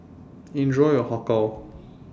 Enjoy your Har Kow